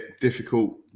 difficult